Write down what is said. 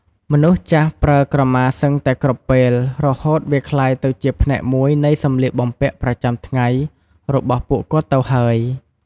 មនុស្សចាស់ប្រើក្រមាសឹងតែគ្រប់ពេល រហូតវាក្លាយទៅជាផ្នែកមួយនៃសម្លៀកបំពាក់ប្រចាំថ្ងៃរបស់ពួកគាត់ទៅហើយ។